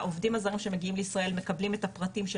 העובדים הזרים שמגיעים לישראל מקבלים את הפרטים של